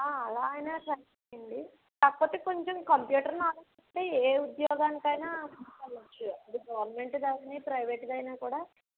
ఆ అలా అయినా సరిపోతుంది కాకాపోతే కొంచెం కంప్యూటర్ నాలెడ్జ్ ఉంటే ఏ ఉద్యోగానికి అయినా వెళ్ళ వచ్చు గవర్నమెంట్ది అయినా ప్రైవేట్ది అయినా కూడా